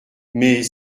mais